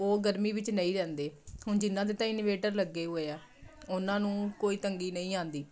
ਉਹ ਗਰਮੀ ਵਿੱਚ ਨਹੀਂ ਰਹਿੰਦੇ ਹੁਣ ਜਿਹਨਾਂ ਦੇ ਤਾਂ ਇਨਵੇਟਰ ਲੱਗੇ ਹੋਏ ਆ ਉਹਨਾਂ ਨੂੰ ਕੋਈ ਤੰਗੀ ਨਹੀਂ ਆਉਂਦੀ